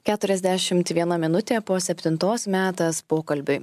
keturiasdešim viena minutė po septintos metas pokalbiui